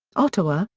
ottawa,